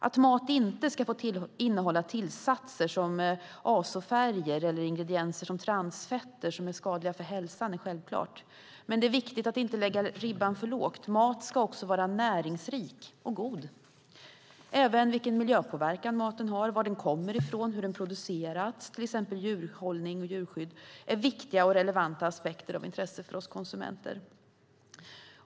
Att mat inte ska få innehålla tillsatser som azofärger eller ingredienser som transfetter, vilka är skadliga för hälsan, är självklart, men det är viktigt att inte lägga ribban för lågt. Maten ska också vara näringsrik och god. Även den miljöpåverkan maten har, var den kommer ifrån och hur den producerats, till exempel vad gäller djurhållning och djurskydd, är viktiga och relevanta aspekter och av intresse för oss konsumenter.